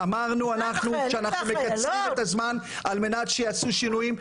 אמרנו שאנחנו מקצרים את הזמן על מנת שיעשו שינויים.